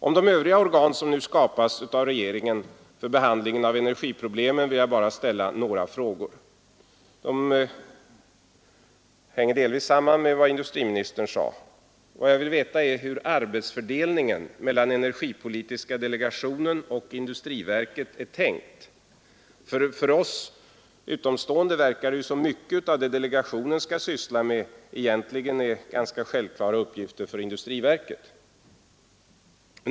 Om de övriga organ som nu skapas av regeringen för behandlingen av energiproblemen vill jag bara ställa några frågor — de sammanhänger delvis med vad industriministern sade. Vad jag vill veta är hur arbetsfördelningen mellan energipolitiska delegationen och industriverket är tänkt. För oss utomstående verkar det som om mycket av det delegationen skall syssla med egentligen är ganska självklara uppgifter för industriverket.